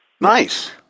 nice